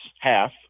half